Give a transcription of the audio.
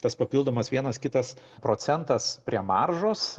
tas papildomas vienas kitas procentas prie maržos